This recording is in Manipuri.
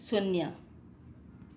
ꯁꯨꯟꯌꯥ